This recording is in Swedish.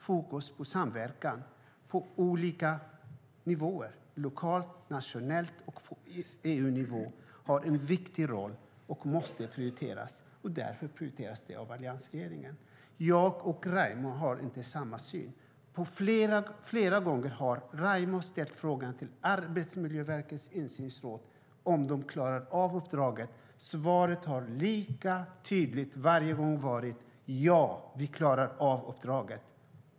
Fokus på samverkan, på olika nivåer - lokalt, nationellt och på EU-nivå - har en viktig roll och måste prioriteras. Det gör alliansregeringen. Jag och Raimo Pärssinen har inte samma syn. Flera gånger har han frågat Arbetsmiljöverkets insynsråd om de klarar av uppdraget. Svaret har varit lika tydligt varje gång: Ja, vi klarar av uppdraget.